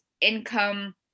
income